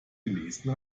gelesen